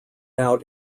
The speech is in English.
out